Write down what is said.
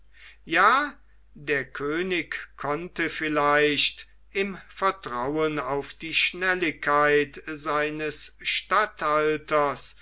ja der könig konnte vielleicht im vertrauen auf die schnelligkeit seines statthalters